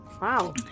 Wow